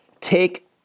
take